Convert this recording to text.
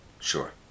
sure